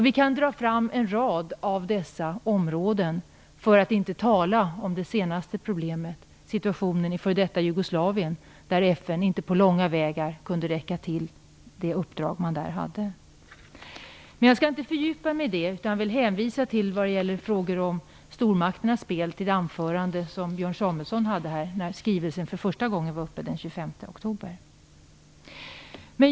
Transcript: Vi kan dra fram en rad av dessa områden, för att inte tala om det senaste problemet, situationen i f.d. Jugoslavien, där FN inte på långa vägar räckte till för det uppdrag man hade. Men jag skall inte fördjupa mig i detta, utan vill, vad gäller frågor om stormakternas spel, hänvisa till det anförande som Björn Samuelson höll när skrivelsen var uppe för första gången den 25 oktober.